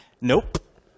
nope